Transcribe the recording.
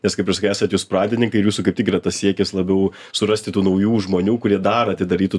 nes kaip ir sakai esat jūs pradininkai ir jūsų kaip tik yra tas siekis labiau surasti tų naujų žmonių kurie dar atidarytų